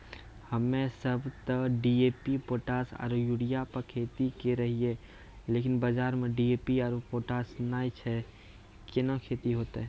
हम्मे सब ते डी.ए.पी पोटास आरु यूरिया पे खेती करे रहियै लेकिन बाजार मे डी.ए.पी आरु पोटास नैय छैय कैना खेती होते?